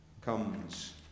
comes